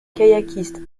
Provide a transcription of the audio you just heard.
kayakiste